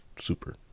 super